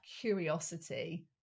curiosity